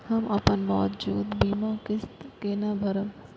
हम अपन मौजूद बीमा किस्त केना भरब?